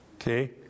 Okay